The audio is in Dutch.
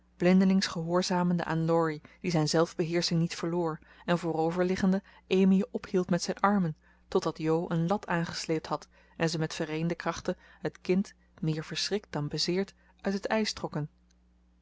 blindelings gehoorzamende aan laurie die zijn zelfbeheersching niet verloor en voorover liggende amy ophield met zijn armen totdat jo een lat aangesleept had en ze met vereende krachten het kind meer verschrikt dan bezeerd uit het ijs trokken